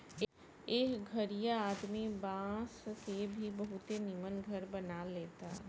एह घरीया आदमी बांस के भी बहुते निमन घर बना लेता